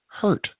hurt